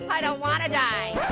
i don't wanna die.